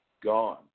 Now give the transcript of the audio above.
gone